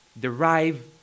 derive